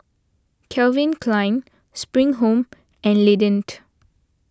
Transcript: Calvin Klein Spring Home and Lindt